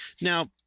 Now